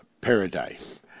paradise